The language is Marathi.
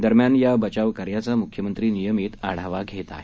दरम्यान या बचाव कार्याचा मुख्यमंत्री नियमित आढावा घेत आहेत